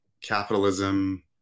capitalism